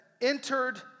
entered